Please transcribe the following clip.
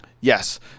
Yes